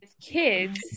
kids